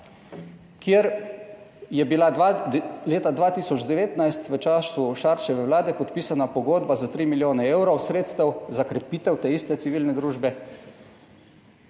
kjer je bila leta 2019, v času Šarčeve vlade, podpisana pogodba za 3 milijone evrov sredstev za krepitev te iste civilne družbe.